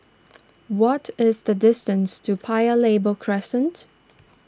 what is the distance to Paya Lebar Crescent